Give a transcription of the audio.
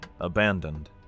abandoned